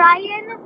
Ryan